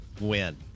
win